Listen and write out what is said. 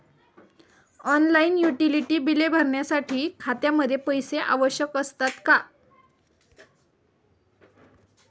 Online utility बिले भरण्यासाठी खात्यामध्ये पैसे आवश्यक असतात का?